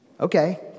okay